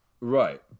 right